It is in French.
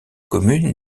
communes